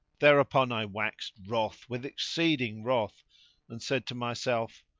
thereupon i waxed wroth with exceeding wrath and said to myself,